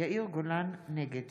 נגד